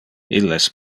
illes